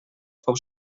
fou